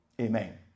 Amen